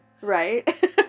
Right